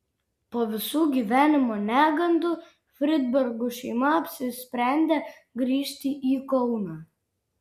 po visų gyvenimo negandų fridbergų šeima apsisprendė grįžti į kauną